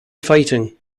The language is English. fighting